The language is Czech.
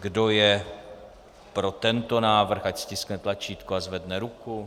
Kdo je pro tento návrh, ať stiskne tlačítko a zvedne ruku.